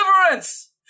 deliverance